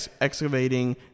excavating